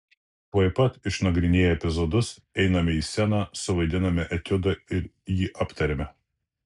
tuoj pat išnagrinėję epizodus einame į sceną suvaidiname etiudą ir jį aptariame